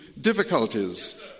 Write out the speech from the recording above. difficulties